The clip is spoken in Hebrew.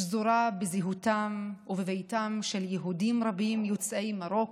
השזורה בזהותם ובביתם של יהודים רבים יוצאי מרוקו,